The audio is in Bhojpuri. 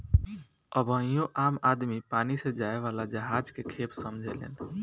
अबहियो आम आदमी पानी से जाए वाला जहाज के खेप समझेलेन